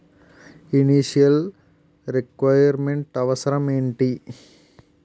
Initial requirement అవసరం ఎంటి?